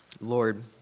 Lord